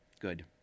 Good